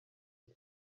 cye